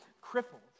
crippled